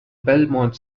belmont